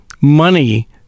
money